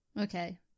Okay